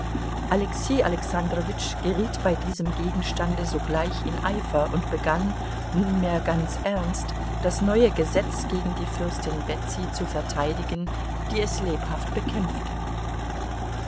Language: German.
alexei alexandrowitsch geriet bei diesem gegenstande sogleich in eifer und begann nunmehr ganz ernst das neue gesetz gegen die fürstin betsy zu verteidigen die es lebhaft bekämpfte